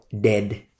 dead